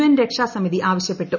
N രക്ഷാ സമിതി ആവശ്യപ്പെട്ടു